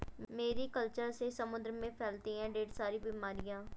Mary culture से समुद्र में फैलती है ढेर सारी बीमारियां